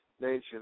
nations